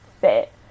fit